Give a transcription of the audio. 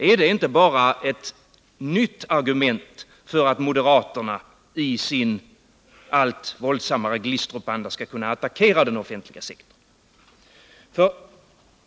Är det inte bara ett nytt argument för att moderaterna i sin allt våldsammare Glistrupanda skall kunna attackera den offentliga sektorn?